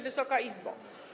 Wysoka Izbo!